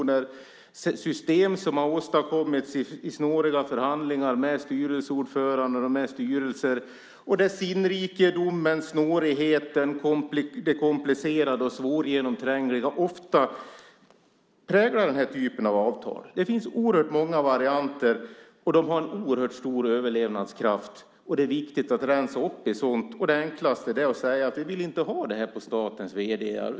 Det här är system som har åstadkommits i snåriga förhandlingar med styrelseordförande och med styrelser, och sinnrikedomen, snårigheten och det komplicerade och svårgenomträngliga ofta präglar den här typen av avtal. Det finns oerhört många varianter, och de har en oerhört stor överlevnadskraft. Det är viktigt att rensa upp bland sådant, och det enklaste är att säga att vi inte vill ha det här bland statens vd:ar.